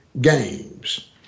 games